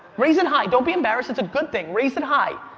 raise it high. don't be embarrassed, it's a good thing. raise it high.